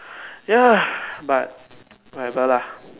ya but whatever lah